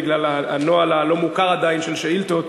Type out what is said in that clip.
בגלל הנוהל הלא-מוכר עדיין של שאילתות,